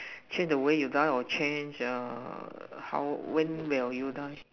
change the way you die or change err how when will you die